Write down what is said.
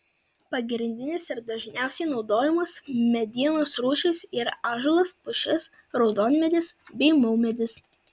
pagrindinės ir dažniausiai naudojamos medienos rūšys yra ąžuolas pušis raudonmedis bei maumedis